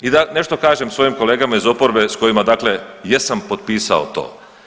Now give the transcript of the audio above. I da nešto kažem svojim kolegama iz oporbe s kojima dakle jesam potpisao to.